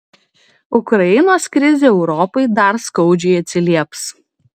ukrainos krizė europai dar skaudžiai atsilieps